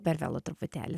per vėlu truputėlį